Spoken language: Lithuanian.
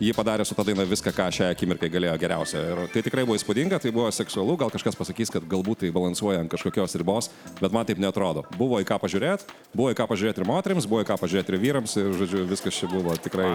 jį padarę su ta daina viską ką šią akimirką galėjo geriausio ir tai tikrai buvo įspūdinga tai buvo seksualu gal kažkas pasakys kad galbūt balansuoja ant kažkokios ribos bet man taip neatrodo buvo į ką pažiūrėt buvo į ką pažiūrėt ir moterims buvo ką pažiūrėti ir vyrams ir žodžiu viskas čia buvo tikrai